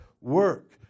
work